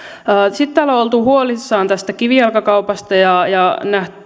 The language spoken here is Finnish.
sitten täällä on oltu huolissaan tästä kivijalkakaupasta ja ja